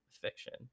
fiction